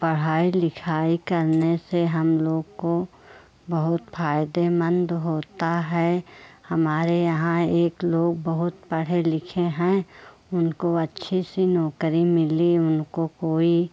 पढ़ाई लिखाई करने से हम लोग को बहुत फ़ायदेमंद होता है हमारे यहाँ एक लोग बहुत पढ़े लिखे हैं उनको अच्छी सी नौकरी मिली उनको कोई